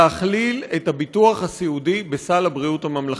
להכליל את הביטוח הסיעודי בסל הבריאות הממלכתי.